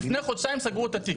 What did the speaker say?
לפני חודשיים סגרו את התיק,